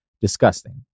Disgusting